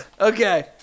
Okay